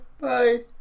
Bye